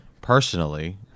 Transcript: personally